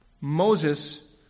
Moses